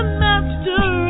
master